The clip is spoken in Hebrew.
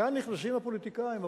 כאן נכנסים הפוליטיקאים,